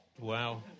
Wow